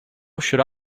should